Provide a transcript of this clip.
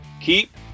keep